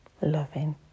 loving